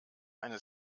eine